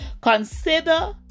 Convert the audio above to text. Consider